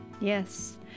Yes